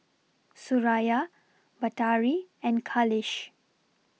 Suraya Batari and Khalish